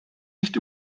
nicht